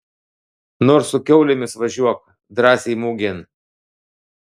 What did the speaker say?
nors su kiaulėmis važiuok drąsiai mugėn